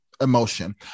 emotion